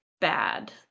bad